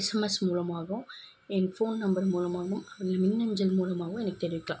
SMS மூலமாகவும் என் phone number மூலமாகவும் என் மின்அஞ்சல் மூலமாகவும் எனக்கு தெரிவிக்கலாம்